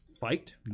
fight